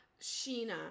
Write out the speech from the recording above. sheena